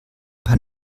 paar